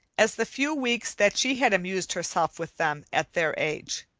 as the few weeks that she had amused herself with them at their age.